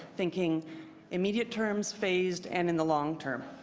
thinking immediate terms, phased, and in the long term.